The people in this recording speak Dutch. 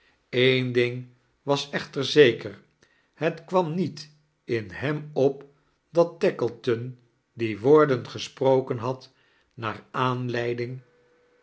een ding was achter zeker het kwam niet in hem op dat tackleton die woorden gesproken had naar aanleiding